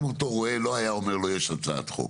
ואותו רועה לא היה אומר לו: יש הצעת חוק.